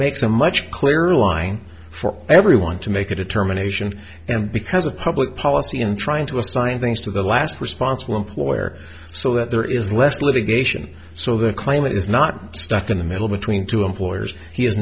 makes a much clearer lying for everyone to make a determination and because of public policy in trying to assign things to the last responsible employer so that there is less litigation so the climate is not stuck in the middle between two employers he